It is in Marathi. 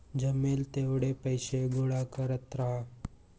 जमेल तेवढे पैसे गोळा करत राहा